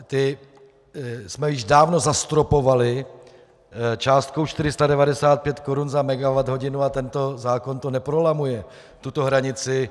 Ty jsme již dávno zastropovali částkou 495 korun za megawatthodinu a tento zákon to neprolamuje, tuto hranici.